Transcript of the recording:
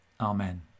Amen